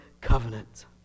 covenant